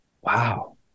Wow